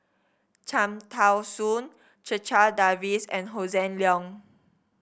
Cham Tao Soon Checha Davies and Hossan Leong